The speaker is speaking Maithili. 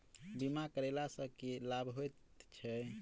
बीमा करैला सअ की लाभ होइत छी?